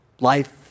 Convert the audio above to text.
life